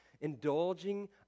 indulging